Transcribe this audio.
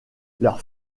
leurs